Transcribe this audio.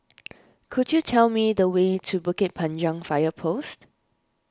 could you tell me the way to Bukit Panjang Fire Post